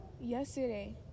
yesterday